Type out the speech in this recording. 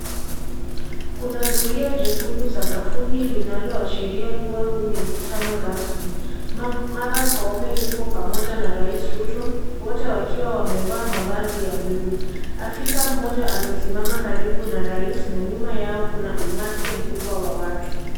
Kuna zulio jekundu sakafuni linaloashiria kuwa huu ni mkutano rasmi. Ma Martha Koome yupo pamoja na Rais Ruto, wote wakiwa wamevaa mavazi ya bluu. Afisa mmoja amesiama karibu na rais na huko nyuma yao kuna umati mkubwa wa watu.